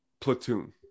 Platoon